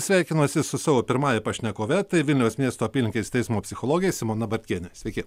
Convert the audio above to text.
sveikinuosi su savo pirmąja pašnekove tai vilniaus miesto apylinkės teismo psichologė simona bartkienė sveiki